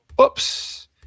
Oops